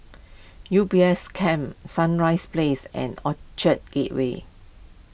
U B S Cam Sunrise Place and Orchard Gateway